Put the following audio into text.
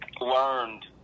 learned